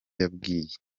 yabwiye